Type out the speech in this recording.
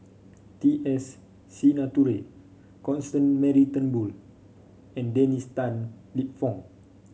T S Sinnathuray Constance Mary Turnbull and Dennis Tan Lip Fong